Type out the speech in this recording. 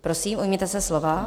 Prosím, ujměte se slova.